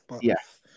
yes